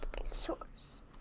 dinosaurs